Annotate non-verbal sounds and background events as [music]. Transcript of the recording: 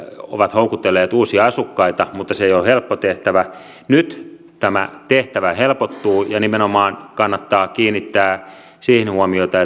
ovat houkutelleet uusia asukkaita mutta se ei ole helppo tehtävä nyt tämä tehtävä helpottuu ja nimenomaan kannattaa kiinnittää huomiota [unintelligible]